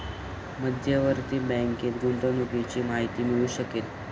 मध्यवर्ती बँकेत गुंतवणुकीची माहिती मिळू शकेल